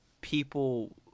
people